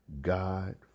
God